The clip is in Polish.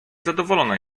zadowolona